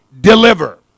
deliver